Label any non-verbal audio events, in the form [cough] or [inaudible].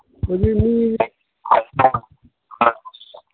ꯍꯧꯖꯤꯛ ꯃꯤ [unintelligible]